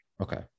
Okay